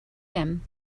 him